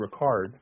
Ricard